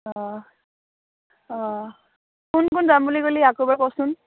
অঁ অঁ কোন কোন যাম বুলি কলি আকৌ এবাৰ ক'চোন